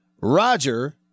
Roger